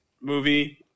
movie